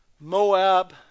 Moab